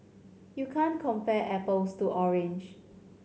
you can't compare apples to orange